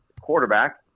quarterback